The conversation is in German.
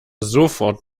sofort